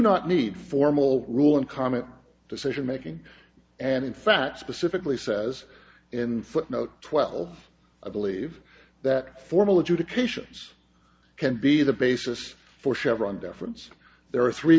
not need formal rule in common decisionmaking and in fact specifically says in footnote twelve i believe that formal adjudications can be the basis for chevron deference there are three